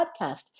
podcast